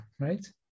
right